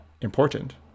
important